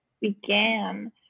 began